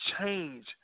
change